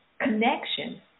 connection